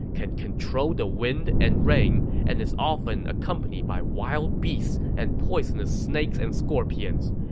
can control the wind and rain, and is often accompanied by wild beasts and poisonous snakes and scorpions.